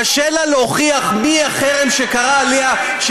קשה לה להוכיח מי קרא עליה חרם,